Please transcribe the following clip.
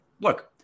Look